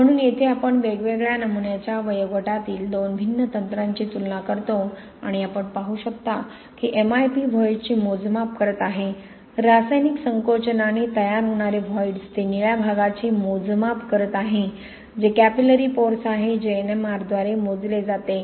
म्हणून येथे आपण वेगवेगळ्या नमुन्याच्या वयोगटातील दोन भिन्न तंत्रांची तुलना करतो आणि आपण पाहू शकता की एमआयपी व्हॉईड्सचे मोजमाप करत आहे रासायनिक संकोचनाने तयार होणारे व्हॉईड्स ते निळ्या भागाचे मोजमाप करत आहे जे कॅपिलॅरी पोअर्स आहे जे NMR द्वारे मोजले जाते